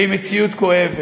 והיא מציאות כואבת.